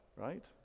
right